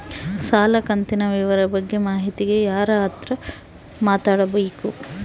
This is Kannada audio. ಸಾಲ ಕಂತಿನ ವಿವರ ಬಗ್ಗೆ ಮಾಹಿತಿಗೆ ಯಾರ ಹತ್ರ ಮಾತಾಡಬೇಕು?